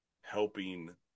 helping